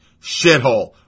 shithole